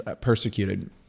persecuted